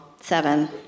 Seven